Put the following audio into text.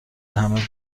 همه